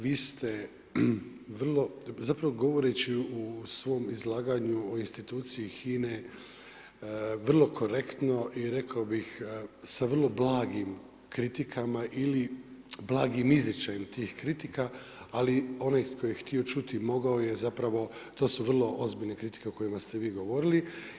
Vi ste vrlo zapravo govoreći u svom izlaganju o instituciji HINA-e vrlo korektno i rekao bih sa vrlo blagim kritikama ili blagim izričajem tih kritika, ali onaj tko je htio čuti mogao je, zapravo to su vrlo ozbiljne kritike o kojima ste vi govorili.